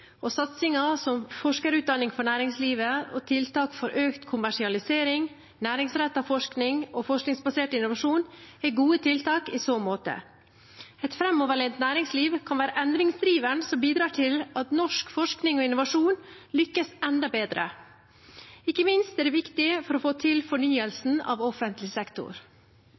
og satsinger som forskerutdanning for næringslivet, tiltak for økt kommersialisering, næringsrettet forskning og forskningsbasert innovasjon er gode tiltak i så måte. Et framoverlent næringsliv kan være endringsdriveren som bidrar til at norsk forskning og innovasjon lykkes enda bedre. Ikke minst er det viktig for å få til fornyelsen av offentlig sektor.